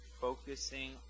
focusing